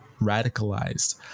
radicalized